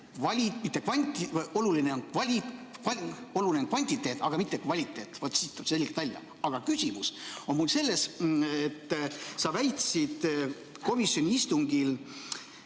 Oluline on kvantiteet, mitte kvaliteet. Vaat see tuleb selgelt välja. Aga küsimus on mul selline, et sa väitsid komisjoni istungil,